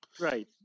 Right